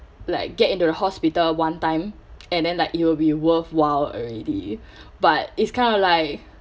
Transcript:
like get into the hospital one time and then like it will be worthwhile already but it's kind of like